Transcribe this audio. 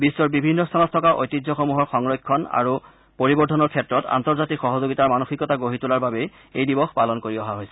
বিশ্বৰ বিভিন্ন স্থানত থকা ঐতিহ্যসমূহৰ সংৰক্ষণ আৰু পৰিৱৰ্ধনৰ ক্ষেত্ৰত আন্তৰ্জাতিক সহযোগিতাৰ মানসিকতা গঢ়ি তোলাৰ বাবেও এই দিৱস পালন কৰা অহা হৈছে